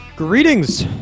Greetings